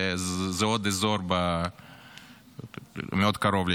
עוד אזור מאוד קרוב לצ'צ'ניה.